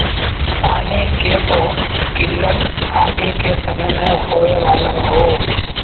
पानी के बहुत किल्लत आगे के समय में होए वाला हौ